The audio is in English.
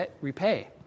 repay